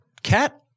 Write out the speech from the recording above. Cat